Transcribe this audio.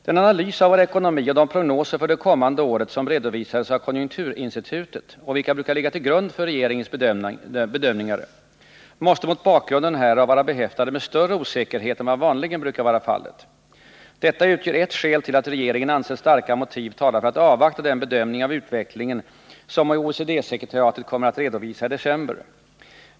Den analys av vår ekonomi och de prognoser för det kommande året som redovisats av konjunkturinstitutet och vilka brukar ligga till grund för regeringens bedömningar, måste mot bakgrund härav vara behäftade med större osäkerhet än vad vanligen brukar vara fallet. Detta utgör ett skäl till att regeringen ansett starka motiv tala för att avvakta den bedömning av utvecklingen som OECD-sekretariatet kommer att redovisa i december.